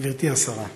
גברתי השרה,